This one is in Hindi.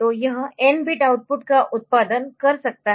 तो यह 8 बिट आउटपुट का उत्पादन कर सकता है